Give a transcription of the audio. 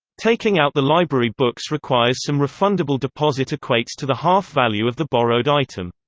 taking out the library books requires some refundable deposit equates to the half value of the borrowed item.